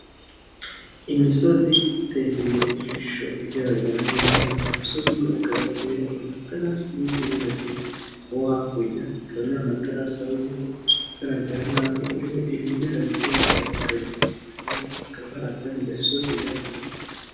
Imisozi itegeye ijisho igaragara neza, umusozi umwe ukaba uriho amaterasi y'indinganire. Uwo hakurya ukaba nta matarasi awuriho, ugaragara nkaho uriho ibimera bigiye bitandukanye. Inyuma yaho hakaba hari akandi gasozi gatoya.